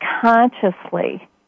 consciously